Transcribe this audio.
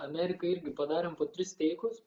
amerikai irgi padarėm po tris teikus